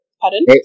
Pardon